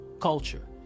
culture